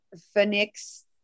Phoenix